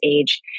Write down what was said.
age